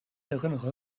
erinnere